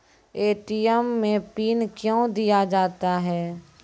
ATM मे PIN कयो दिया जाता हैं?